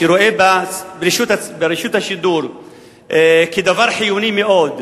שרואה ברשות השידור דבר חיוני מאוד,